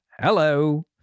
Hello